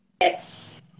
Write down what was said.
Yes